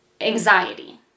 anxiety